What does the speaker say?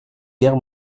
guerre